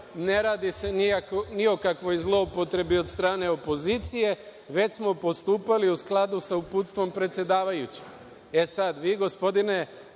ne radi se ni o kakvoj zloupotrebi od strane opozicije, već smo postupali u skladu sa uputstvom predsedavajuće. Sada vi, gospodine